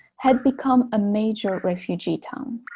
had become a major refugee town